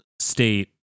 state